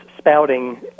spouting